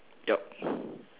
yup